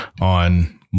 on